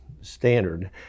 standard